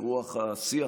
ברוח השיח